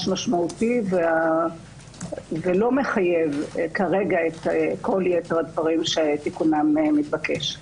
משמעותי ולא מחייב כרגע את כל יתר הדברים שתיקונם מתבקש.